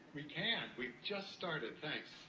we can! we just started, thanks.